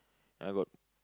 I got